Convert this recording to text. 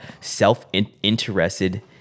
self-interested